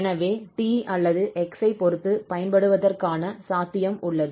எனவே 𝑡 அல்லது x ஐ பொறுத்து பயன்படுத்துவதற்கான சாத்தியம் உள்ளது